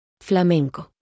Flamenco